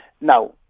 Now